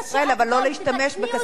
אבל לא להשתמש בכספי,